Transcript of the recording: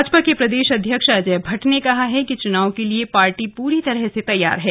भाजपा के प्रदेश अध्यक्ष अजय भट्ट ने कहा है कि चुनाव के लिए पार्टी पूरी तरह तैयार हैं